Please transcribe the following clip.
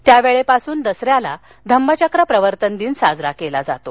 त्यावेळेपासून दसऱ्याला धम्मचक्र प्रवर्तन दिन साजरा केला जातो